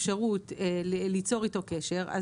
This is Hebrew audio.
אפשרות ליצור איתו קשר,